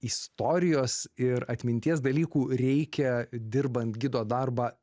istorijos ir atminties dalykų reikia dirbant gido darbą